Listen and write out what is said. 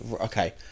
Okay